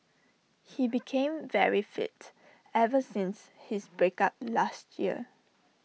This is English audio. he became very fit ever since his break up last year